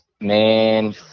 man